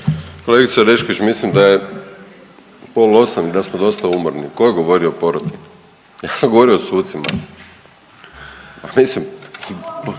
Kolegice Orešković, mislim da je pola osam i da smo dosta umorni. Tko je govorio o poroti? Ja sam govorio o sucima.